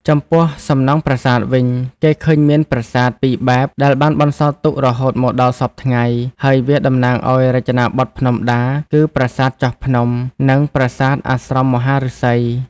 ចំពោះសំណង់ប្រាសាទវិញ គេឃើញមានប្រាសាទ ពីរបែបដែលបានបន្សល់ទុករហូតមកដល់សព្វថ្ងៃ ហើយវាតំណាងឱ្យរចនាបថភ្នំដា គឺ ប្រាសាទចោះភ្នំ និងប្រាសាទអាស្រមមហាឫសី។